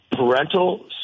parental